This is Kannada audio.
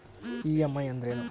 ಇ.ಎಂ.ಐ ಅಂದ್ರೇನು?